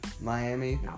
Miami